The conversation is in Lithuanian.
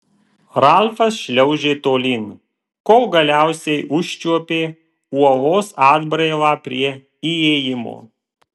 ralfas šliaužė tolyn kol galiausiai užčiuopė uolos atbrailą prie įėjimo